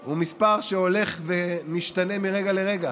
הוא מספר שהולך ומשתנה מרגע לרגע